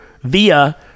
Via